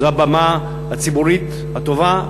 זו הבמה הציבורית הטובה,